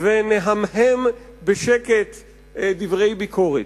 ונהמהם בשקט דברי ביקורת.